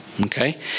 Okay